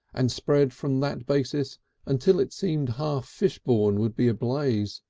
and spread from that basis until it seemed half fishbourne would be ablaze.